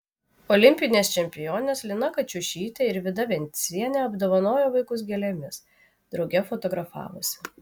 olimpinės čempionės lina kačiušytė ir vida vencienė apdovanojo vaikus gėlėmis drauge fotografavosi